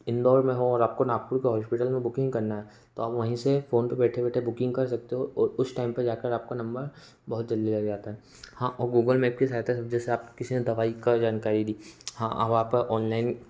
इंदौर में हों और आपको नागपूर के हौस्पिटल में बुकिंग करना तो अब वहीं से फोन पे बैठे बैठे बुकिंग कर सकते हो और उस टैम पे जाकर आपका नंबर बहुत जल्दी आ जाता है हाँ और गूगल मैप के सहायता से जैसे आप किसी ने दवाई का जानकारी दी हाँ अब आप औनलैन